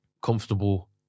comfortable